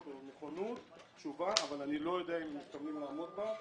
ועל נכונות אבל אני לא יודע אם מתכוונים לעמוד בה.